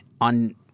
on